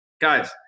guys